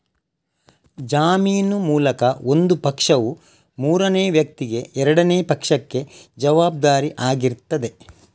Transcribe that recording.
ಜಾಮೀನು ಮೂಲಕ ಒಂದು ಪಕ್ಷವು ಮೂರನೇ ವ್ಯಕ್ತಿಗೆ ಎರಡನೇ ಪಕ್ಷಕ್ಕೆ ಜವಾಬ್ದಾರಿ ಆಗಿರ್ತದೆ